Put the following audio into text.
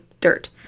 dirt